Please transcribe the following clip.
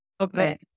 Okay